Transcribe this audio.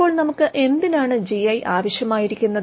അപ്പോൾ നമുക്ക് എന്തിനാണ് ജിഐ ആവശ്യമായിരിക്കുന്നത്